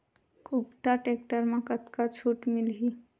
कुबटा टेक्टर म कतका छूट मिलही?